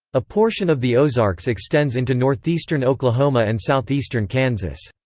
a portion of the ozarks extends into northeastern oklahoma and southeastern kansas.